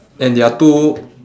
and there are two